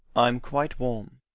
i am quite warm.